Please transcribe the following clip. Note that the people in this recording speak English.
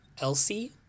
Elsie